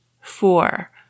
Four